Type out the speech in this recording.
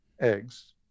eggs